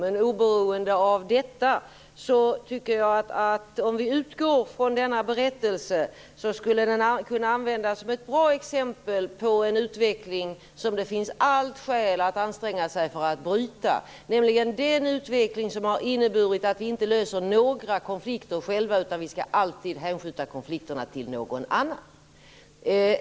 Men oberoende av detta tycker jag att denna berättelse skulle kunna användas som ett bra exempel på en utveckling som det finns allt skäl att anstränga sig för att bryta, nämligen den utveckling som har inneburit att vi inte löser några konflikter själva utan alltid hänskjuter dem till någon annan.